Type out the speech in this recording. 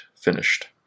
finished